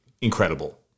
Incredible